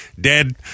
dead